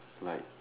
like